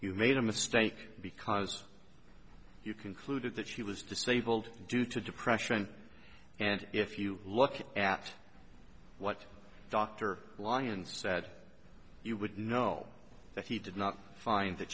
you made a mistake because you concluded that she was disabled due to depression and if you look at what dr lyons said you would know that he did not find that